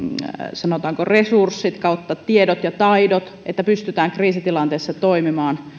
sanotaanko resurssit tiedot ja taidot että pystytään kriisitilanteessa toimimaan